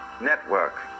network